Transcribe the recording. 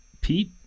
Pete